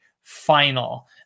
final